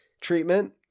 treatment